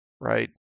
Right